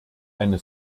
eine